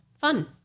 Fun